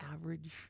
average